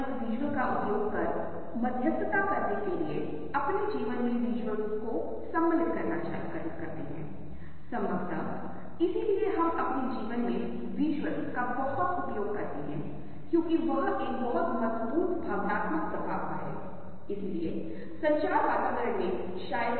हम ऐसा कैसे करते हैं क्योंकि हमारे पास सामने और अधूरी वस्तुओं के रूप में पूर्ण वस्तुओं की व्याख्या करने की प्रवृत्ति है और इसलिए यद्यपि अंतिम वस्तु सबसे बड़ी वस्तु है यह उन तीनों में सबसे अधिक दूर है क्योंकि यह इस एक द्वारा अवरुद्ध किया जा रहा है और फिर इस एक के द्वारा हम मानते हैं कि यह वह वस्तु है जो सामने वाले के सामने है